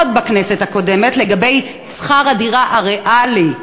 בכנסת הקודמת לגבי שכר הדירה הריאלי,